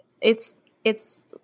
it's—it's